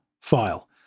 file